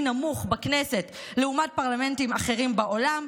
נמוך בכנסת לעומת פרלמנטים אחרים בעולם,